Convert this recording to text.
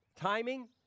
Timing